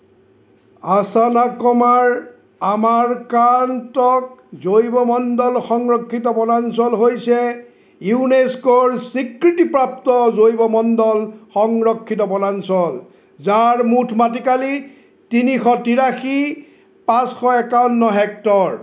আচানাকমাৰ আমাৰকান্তক জৈৱমণ্ডল সংৰক্ষিত বনাঞ্চল হৈছে ইউনেস্ক'ৰ স্বীকৃতিপ্ৰাপ্ত জৈৱমণ্ডল সংৰক্ষিত বনাঞ্চল যাৰ মুঠ মাটিকালি তিনিশ তিৰাশী পাঁচশ একাৱন্ন হেক্টৰ